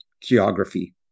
geography